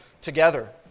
together